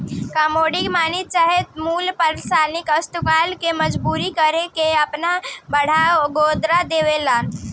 commodity money चाहे मूल परनाली अर्थव्यवस्था के मजबूत करे में आपन बड़का योगदान देवेला